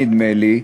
נדמה לי.